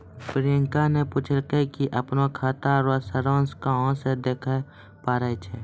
प्रियंका ने पूछलकै कि अपनो खाता रो सारांश कहां से देखै पारै छै